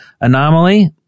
anomaly